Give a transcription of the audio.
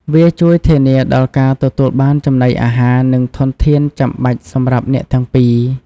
វាជួយធានាដល់ការទទួលបានចំណីអាហារ និងធនធានចាំបាច់សម្រាប់អ្នកទាំងពីរ។